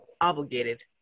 obligated